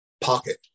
pocket